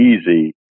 easy